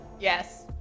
Yes